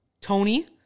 Tony